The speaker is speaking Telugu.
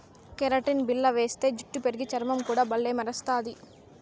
కెరటిన్ బిల్ల వేస్తే జుట్టు పెరిగి, చర్మం కూడా బల్లే మెరస్తది